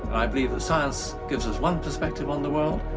i believe that science gives us one perspective on the world,